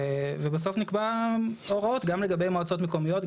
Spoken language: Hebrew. ובסוף נקבע הוראות גם לגבי מועצות מקומיות,